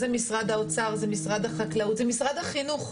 זה משרד האוצר, זה משרד החקלאות, זה משרד החינוך.